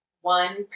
one